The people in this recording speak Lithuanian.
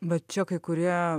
bet čia kai kurie